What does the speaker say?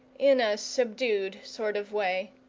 in a subdued sort of way.